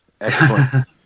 Excellent